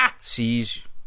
sees